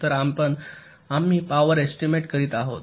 तर आम्ही power estimate करत आहोत